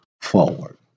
forward